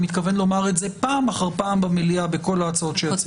אני מתכוון לומר את זה פעם אחר פעם במליאה בכל ההצעות שיעלו.